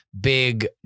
big